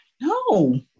No